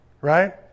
Right